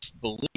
believe